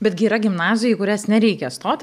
betgi yra gimnazijų į kurias nereikia stoti